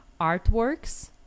artworks